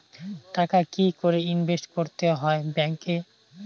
টাকা কি করে ইনভেস্ট করতে হয় ব্যাংক এ?